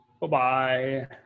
Bye-bye